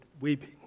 weeping